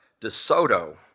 DeSoto